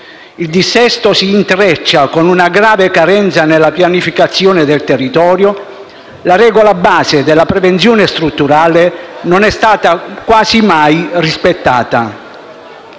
Il dissesto si intreccia con una grave carenza nella pianificazione del territorio. La regola base della prevenzione strutturale non è stata quasi mai rispettata.